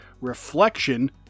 reflection